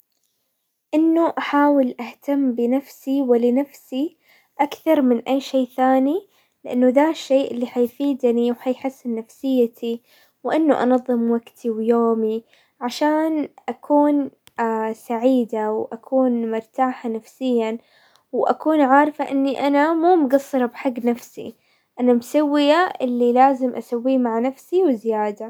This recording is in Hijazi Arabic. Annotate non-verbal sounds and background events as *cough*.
انه احاول اهتم بنفسي ولنفسي اكثر من اي شيء ثاني لانه ذا الشي اللي حيفيدني وحيحسن نفسيتي، وانه انظم وقتي ويومي عشان اكون *hesitation* سعيدة واكون مرتاحة نفسيا ،واكون عارفة اني انا مو مقصرة بحق نفسي. انا مسوية اللي لازم اسويه مع نفسي وزيادة.